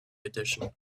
edition